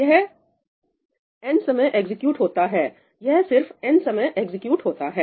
यह n समय execute होता है यह सिर्फ n समय एग्जीक्यूट होता है